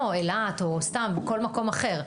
לא, אילת, או סתם כל מקום אחר.